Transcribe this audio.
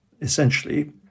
essentially